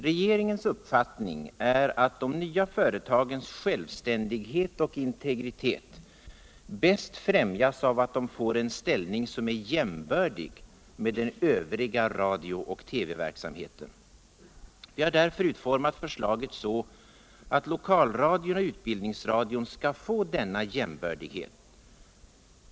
Regeringens uppfattning är att de nya företagens självständighet och integritet bäst främjas av att de får en ställning som är jämbördig med den övriga radio och TV-verksamheten. Vi har därför utformat förslaget så att lokalradion och utbildningsradion skall få denna jämbördighet.